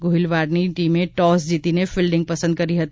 ગોહિલવાડની ટીમે ટોસ જીતીને ફિલ્ડિંગ પસંદ કરી હતી